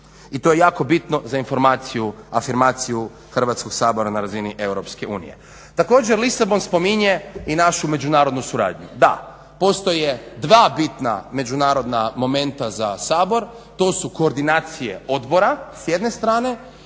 I to je jako bitno za afirmaciju Hrvatskog sabora na razini EU. Također, Lisabon spominje i našu međunarodnu suradnju. Da, postoje dva bitna međunarodna momenta za Sabor, to su koordinacije odbora s jedne strane,